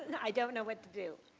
i don't know what to do.